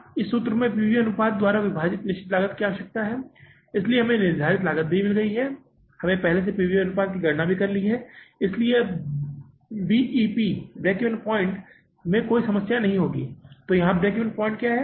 हमें यहाँ इस सूत्र में P V अनुपात द्वारा विभाजित निश्चित लागत की आवश्यकता है इसलिए हमें अब निर्धारित लागत भी मिल गई है हमने पहले ही P V अनुपात की गणना कर ली है इसलिए बीईपी BEP कोई समस्या नहीं होगी तो यहाँ BEP क्या है